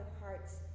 hearts